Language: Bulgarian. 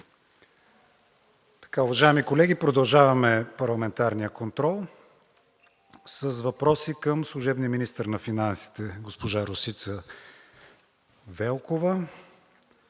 Уважаеми колеги, продължаваме парламентарния контрол с въпроси към служебния министър на финансите госпожа Росица Велкова.